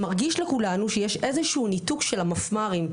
מרגיש לכולנו שיש איזשהו ניתוק של המפמ"רים,